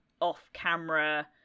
off-camera